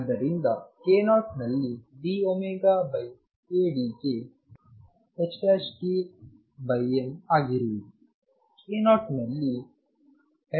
ಆದ್ದರಿಂದ k0 ನಲ್ಲಿ dωdk ℏkm ಆಗಿರುವುದು